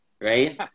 right